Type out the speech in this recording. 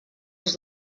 els